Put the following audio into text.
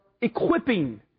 equipping